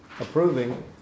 approving